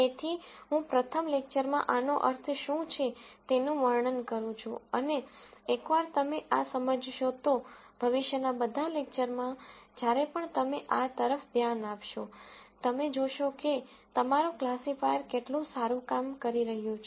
તેથી હું પ્રથમ આ લેકચરમાં આનો અર્થ શું છે તેનું વર્ણન કરું છું અને એકવાર તમે આ સમજશો તો ભવિષ્યના બધા લેકચરમાં જ્યારે પણ તમે આ તરફ ધ્યાન આપશો તમે જોશો કે તમારું ક્લાસિફાયર કેટલું સારું કામ કરી રહ્યું છે